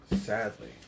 Sadly